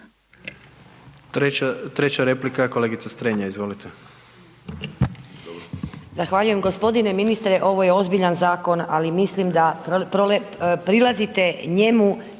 Treća replika je kolegice Strenja, izvolite.